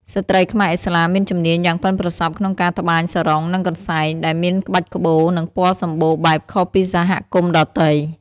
ស្ត្រីខ្មែរឥស្លាមមានជំនាញយ៉ាងប៉ិនប្រសប់ក្នុងការត្បាញសារុង និងកន្សែង ដែលមានក្បាច់ក្បូរ និងពណ៌សំបូរបែបខុសពីសហគមន៍ដទៃ។